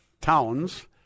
Towns